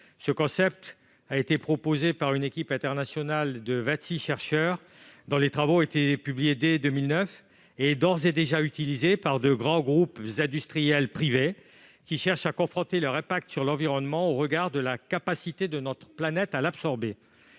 Ce concept a été proposé par une équipe internationale de vingt-six chercheurs, dans le cadre de travaux publiés en 2009, et est d'ores et déjà utilisé par de grands groupes industriels privés, qui cherchent à confronter leur impact sur l'environnement à la capacité de notre planète à l'absorber.